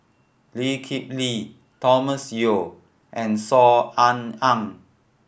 Lee Kip Lee Thomas Yeo and Saw Ean Ang